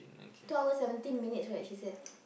two hour seventeen minutes right he said